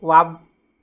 wow